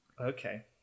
Okay